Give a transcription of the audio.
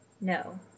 No